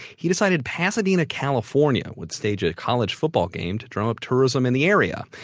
he decided pasadena, california, would stage a college football game to drum up tourism in the area.